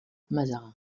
mazarin